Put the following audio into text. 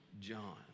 John